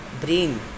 brain